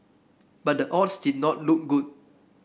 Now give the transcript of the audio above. but the odds did not look good